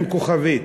עם כוכבית,